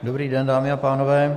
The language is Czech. Dobrý den, dámy a pánové.